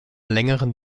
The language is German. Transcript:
längeren